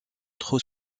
trop